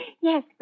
yes